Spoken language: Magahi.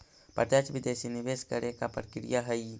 प्रत्यक्ष विदेशी निवेश करे के का प्रक्रिया हइ?